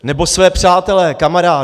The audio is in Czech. Nebo své přátele, kamarády.